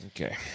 Okay